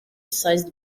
sized